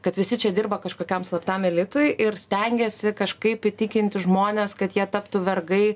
kad visi čia dirba kažkokiam slaptam elitui ir stengiasi kažkaip įtikinti žmones kad jie taptų vergai